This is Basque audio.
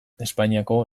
espainiako